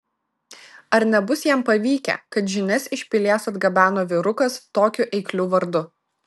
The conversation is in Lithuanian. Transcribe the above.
ar nebus jam pavykę kad žinias iš pilies atgabeno vyrukas tokiu eikliu vardu